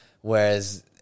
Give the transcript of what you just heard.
Whereas